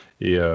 Et